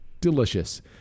Delicious